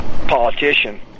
politician